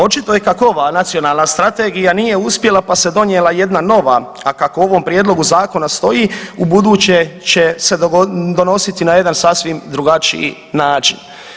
Očito je kako ova Nacionalna strategija nije uspjela pa se donijela jedna nova, a kako u ovom prijedlogu zakona stoji u buduće će se donositi na jedan sasvim drugačiji način.